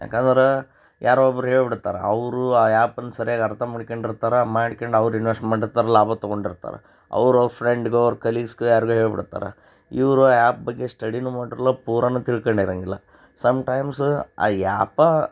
ಯಾಕಂದ್ರೆ ಯಾರೋ ಒಬ್ಬರು ಹೇಳ್ಬಿಡ್ತಾರೆ ಅವರು ಆ ಯಾಪನ್ನ ಸರಿಯಾಗಿ ಅರ್ಥ ಮಾಡ್ಕ್ಯಂಡಿರ್ತಾರೆ ಮಾಡ್ಕ್ಯಂಡು ಅವ್ರು ಇನ್ವೆಶ್ಟ್ ಮಾಡಿರ್ತಾರೆ ಲಾಭ ತೊಗೊಂಡಿರ್ತಾರೆ ಅವರು ಫ್ರೆಂಡ್ಗೊ ಅವ್ರ ಕಲೀಗ್ಸ್ಗೊ ಯಾರಿಗೋ ಹೇಳ್ಬಿಡ್ತಾರೆ ಇವರು ಆ್ಯಪ್ ಬಗ್ಗೆ ಸ್ಟಡಿನೂ ಮಾಡಿರೋಲ್ಲ ಪೂರಾ ತಿಳ್ಕೊಂಡಿರಂಗಿಲ್ಲ ಸಮ್ಟೈಮ್ಸ್ ಆ ಯಾಪ